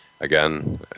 again